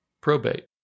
probate